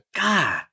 god